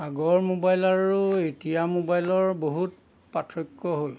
আগৰ মোবাইল আৰু এতিয়া মোবাইলৰ বহুত পাৰ্থক্য হ'ল